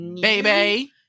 Baby